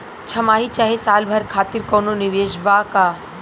छमाही चाहे साल भर खातिर कौनों निवेश बा का?